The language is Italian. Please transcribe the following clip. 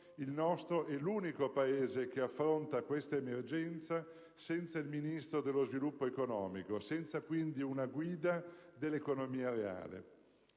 il nostro è l'unico Paese che affronta questa emergenza senza un Ministro dello sviluppo economico, senza quindi una guida dell'economia reale.